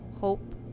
hope